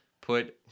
put